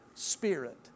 Spirit